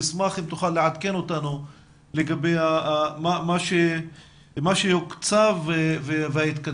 נשמח אם תוכל לעדכן אותנו לגבי מה שהוקצב וההתקדמות.